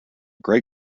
great